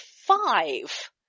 five